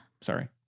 Sorry